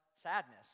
sadness